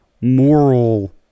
moral